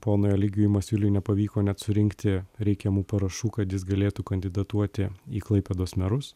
ponui eligijui masiuliui nepavyko net surinkti reikiamų parašų kad jis galėtų kandidatuoti į klaipėdos merus